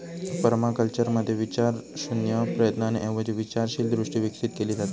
पर्माकल्चरमध्ये विचारशून्य प्रयत्नांऐवजी विचारशील दृष्टी विकसित केली जाता